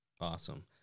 Awesome